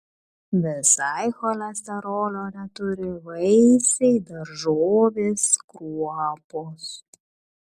visai cholesterolio neturi vaisiai daržovės kruopos